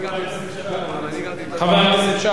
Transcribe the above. חבר הכנסת שי.